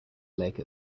lake